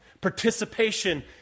Participation